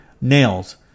Nails